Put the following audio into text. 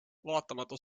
vaatamata